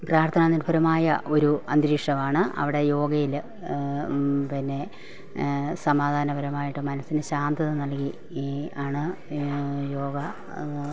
പ്രാർത്ഥനാനിർഭരമായ ഒരു അന്തരീക്ഷമാണ് അവിടെ യോഗയിൽ പിന്നെ സമാധാനപരമായിട്ടു മനസ്സിനു ശാന്തത നൽകി ഈ ആണ് യോഗ